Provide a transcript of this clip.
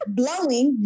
blowing